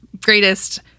greatest